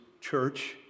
church